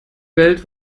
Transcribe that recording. welt